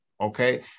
Okay